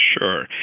Sure